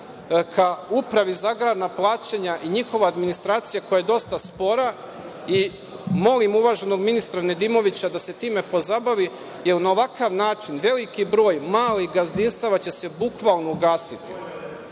ka upravi za agrarna plaćanja i njihova administracija koja je dosta spora i molim uvaženog ministra Nedimovića da se time pozabavi jer na ovakav način veliki broj malih gazdinstava će se bukvalno ugasiti. Zbog